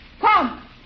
Come